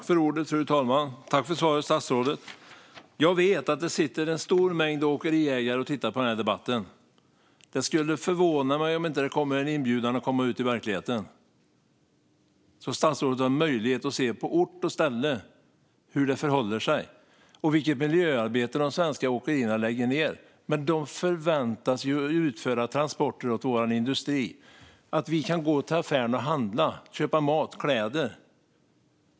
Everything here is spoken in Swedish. Fru talman! Tack för svaret, statsrådet! Jag vet att det sitter en stor mängd åkeriägare och tittar på den här debatten. Det skulle förvåna mig om det inte kommer en inbjudan till statsrådet att komma ut i verkligheten så att han får möjlighet att se på ort och ställe hur det förhåller sig. Då får statsrådet se vilket miljöarbete de svenska åkerierna lägger ned. De förväntas utföra transporter åt vår industri så att vi kan gå till affären och handla, köpa mat och kläder.